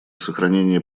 сохранения